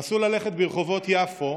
נסו ללכת ברחובות יפו,